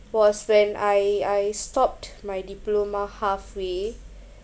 was when I I stopped my diploma halfway